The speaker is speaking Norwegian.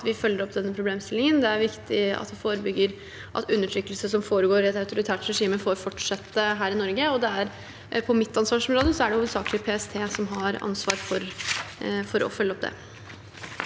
vi følger opp denne problemstillingen, og det er viktig at vi forebygger at undertrykkelse som foregår i et autoritært regime, får fortsette her i Norge. På mitt ansvarsområde er det hovedsakelig PST som har ansvar for å følge opp det.